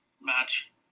match